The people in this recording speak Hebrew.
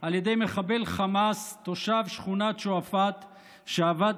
על ידי מחבל חמאס תושב שכונת שועפאט שעבד